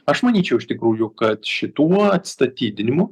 aš manyčiau iš tikrųjų kad šituo atstatydinimu